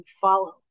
follow